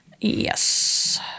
Yes